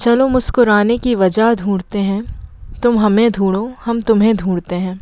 चलो मुस्कुराने की वजह ढूँड़ते हैं तुम हमें ढूंढो हम तुम्हें ढूंढते हैं